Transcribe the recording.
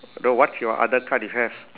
the what's your other card you have